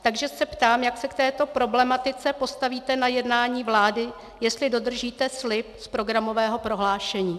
Takže se ptám, jak se k této problematice postavíte na jednání vlády, jestli dodržíte slib z programového prohlášení.